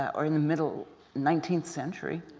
ah or in the middle nineteenth century.